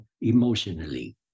emotionally